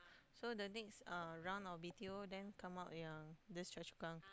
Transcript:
so the next uh round of B_T_O then come out yang this Choa-Chu-Kang